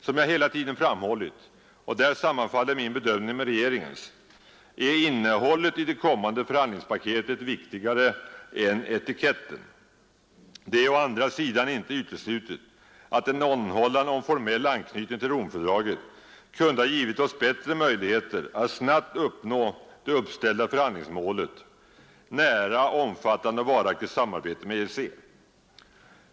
Som jag hela tiden framhållit — och där sammanfaller min bedömning med regeringens — är innehållet i det kommande förhandlingspaketet viktigare än etiketten. Det är å andra sidan inte uteslutet att en anhållan om formell anknytning till Romfördraget kunde ha givit oss bättre möjligheter att snabbt uppnå det uppställda förhandlingsmålet: nära, omfattande och varaktigt samarbete med EEC.